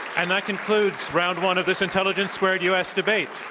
and that concludes round one of this intelligence squared u. s. debate